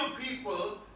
people